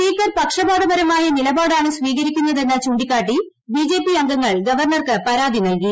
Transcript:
speaker പക്ഷപാതപമായ നിലപാടാണ് സ്വീകരിക്കുന്നതെന്ന് ചൂണ്ടിക്കാട്ടി ബിജെപി അംഗങ്ങൾ ഗവർണർക്ക് പരാതി നൽകി